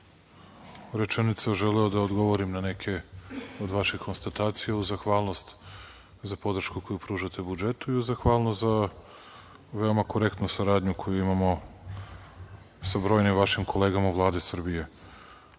rečenica želeo da odgovorim na neke od vaših konstatacija, uz zahvalnost za podršku koju pružate budžetu i uz zahvalnost za veoma korektnu saradnju koju imamo sa brojnim vašim kolegama u Vladi Srbije. Veoma